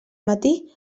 matí